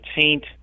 taint